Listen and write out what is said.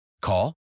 Call